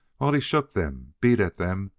while he shook them, beat at them,